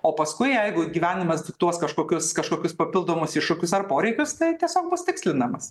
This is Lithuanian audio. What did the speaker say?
o paskui jeigu gyvenimas diktuos kažkokius kažkokius papildomus iššūkius ar poreikius tai tiesiog bus tikslinamas